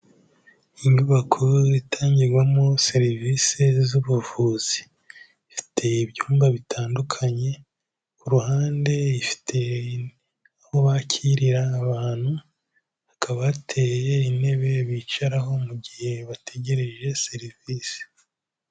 Inyubako itangirwamo serivisi z'ubuvuzi, ifite ibyumba bitandukanye, ku ruhande ifite aho bakirira abantu, hakaba hateye intebe bicaraho mu gihe bategereje serivisi.